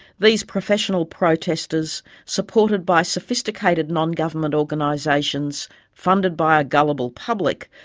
these professional protesters supported by sophisticated non government organisations funded by a gullible public,